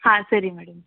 ಹಾಂ ಸರಿ ಮಾಡಿ